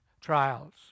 trials